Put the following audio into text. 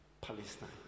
Palestine